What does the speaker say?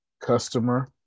customer